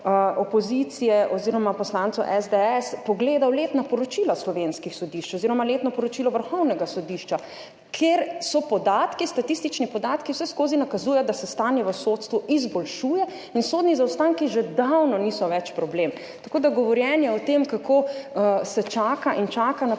opozicije oziroma poslancev SDS pogledal letna poročila slovenskih sodišč oziroma letno poročilo Vrhovnega sodišča, kjer statistični podatki vseskozi nakazujejo, da se stanje v sodstvu izboljšuje in sodni zaostanki že davno niso več problem. Tako da je govorjenje o tem, kako se čaka in čaka na